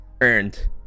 earned